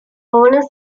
owners